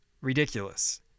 Ridiculous